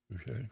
Okay